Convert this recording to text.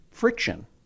Friction